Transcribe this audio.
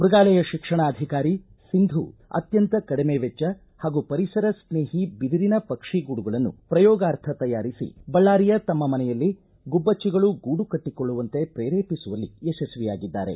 ಮೃಗಾಲಯ ಶಿಕ್ಷಣಾಧಿಕಾರಿ ಸಿಂಧೂ ಅತ್ಯಂತ ಕಡಿಮೆ ವೆಜ್ಜ ಹಾಗೂ ಪರಿಸರ ಸ್ನೇಹಿ ಬಿದಿರಿನ ಪಕ್ಷಿ ಗೂಡುಗಳನ್ನು ಪ್ರಯೋಗಾರ್ಥ ತಯಾರಿಸಿ ಬಳ್ಳಾರಿಯ ತಮ್ಮ ಮನೆಯಲ್ಲಿ ಗುಬ್ಬಚ್ಚಿಗಳು ಗೂಡು ಕಟ್ಟಕೊಳ್ಳುವಂತೆ ಪ್ರೇರೇಪಿಸುವಲ್ಲಿ ಯಶಸ್ವಿಯಾಗಿದ್ದಾರೆ